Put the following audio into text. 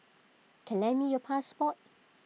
can lend me your passport